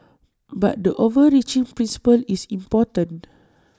but the overreaching principle is important